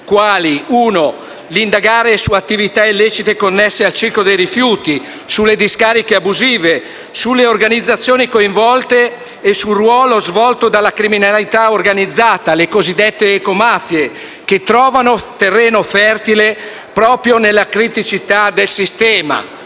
indagare su attività illecite connesse al ciclo dei rifiuti sulle discariche abusive, sulle organizzazioni coinvolte e sul ruolo svolto dalla criminalità organizzata, le cosiddette ecomafie, che trovano terreno fertile proprio nella criticità del sistema;